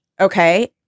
okay